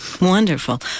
Wonderful